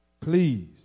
Please